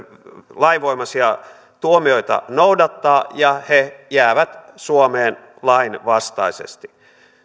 lainvoimaisia tuomioita noudattaa ja he jäävät suomeen lainvastaisesti